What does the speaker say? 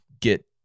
get